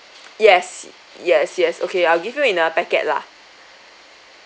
yes yes yes okay I'll give you in a packet lah